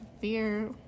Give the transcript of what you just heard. beer